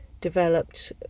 developed